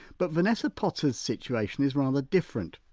but vanessa potter's situation is rather different.